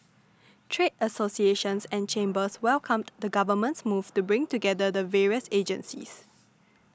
trade associations and chambers welcomed the Government's move to bring together the various agencies